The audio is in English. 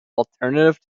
alternative